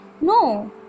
no